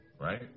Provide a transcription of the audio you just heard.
right